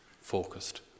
focused